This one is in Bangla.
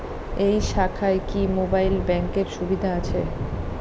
এই শাখায় কি মোবাইল ব্যাঙ্কের সুবিধা আছে?